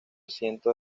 cientos